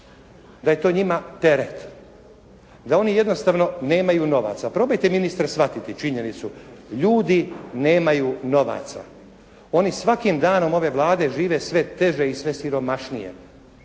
Da je to njima teret. Da oni jednostavno nemaju novaca. Probajte ministre shvatiti činjenicu. Ljudi nemaju novaca. Oni svakim danom ove Vlade žive sve teže i sve siromašnije.